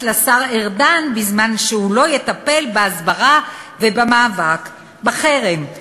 לשר ארדן בזמן שהוא לא יטפל בהסברה ובמאבק בחרם,